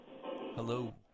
Hello